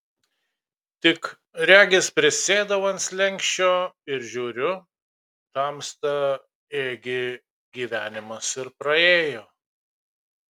tik regis prisėdau ant slenksčio ir žiūriu tamsta ėgi gyvenimas ir praėjo